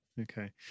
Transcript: okay